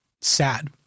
Sad